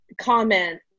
comment